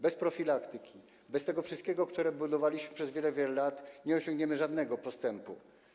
Bez profilaktyki, bez tego wszystkiego, co budowaliśmy przez wiele, wiele lat, nie osiągniemy żadnego postępu.